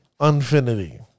infinity